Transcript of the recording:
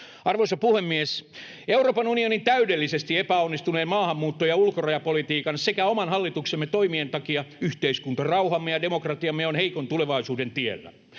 Arvoisa puhemies! Euroopan unionin täydellisesti epäonnistuneen maahanmuutto- ja ulkorajapolitiikan sekä oman hallituksemme toimien takia yhteiskuntarauhamme ja demokratiamme on heikon tulevaisuuden tiellä,